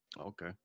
Okay